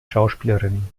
schauspielerin